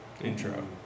intro